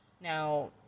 Now